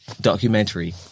documentary